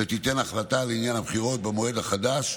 ותיתן החלטה לעניין הבחירות במועד החדש.